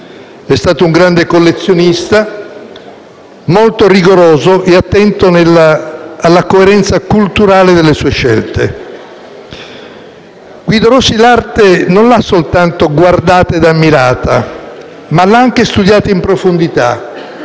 È stato un grande collezionista, molto rigoroso e attento alla coerenza culturale delle sue scelte. Guido Rossi, l'arte non l'ha soltanto guardata e ammirata, ma l'ha anche studiata in profondità,